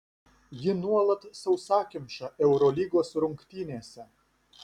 ji nuolat sausakimša eurolygos rungtynėse